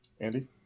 Andy